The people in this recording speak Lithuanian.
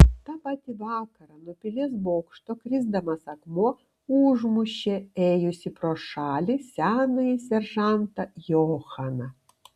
tą patį vakarą nuo pilies bokšto krisdamas akmuo užmušė ėjusį pro šalį senąjį seržantą johaną